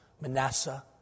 Manasseh